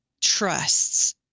trusts